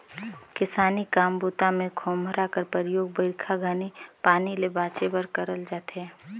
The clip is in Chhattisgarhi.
किसानी काम बूता मे खोम्हरा कर परियोग बरिखा घनी पानी ले बाचे बर करल जाथे